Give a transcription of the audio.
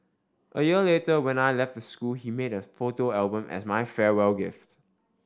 a year later when I left the school he made a photo album as my farewell gift